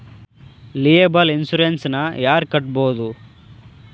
Liable insurance ನ ಯಾರ್ ಕಟ್ಬೊದು?